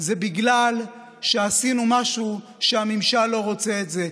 זה בגלל שעשינו משהו שהממשל לא רוצה את זה.